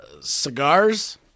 cigars